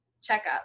checkup